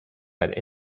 had